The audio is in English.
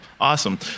awesome